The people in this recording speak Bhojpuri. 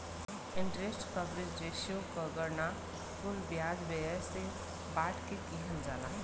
इंटरेस्ट कवरेज रेश्यो क गणना कुल ब्याज व्यय से बांट के किहल जाला